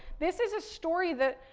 this is a story that,